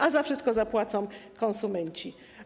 A za wszystko zapłacą konsumenci.